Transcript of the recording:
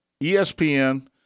ESPN